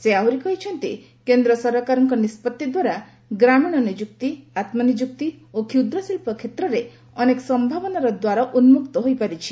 ସେ ଆହୁରି କହିଛନ୍ତି କେନ୍ଦ୍ର ସରକାରଙ୍କ ନିଷ୍ପତି ଦ୍ୱାରା ଗ୍ରାମୀଣ ନିଯୁକ୍ତି ଆତ୍କନିଯୁକ୍ତି ଓ କ୍ଷୁଦ୍ରଶିଳ୍ପ କ୍ଷେତ୍ରରେ ଅନେକ ସମ୍ଭାବନାର ଦ୍ୱାର ଉନ୍କକ୍ତ ହୋଇପାରିଛି